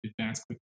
advance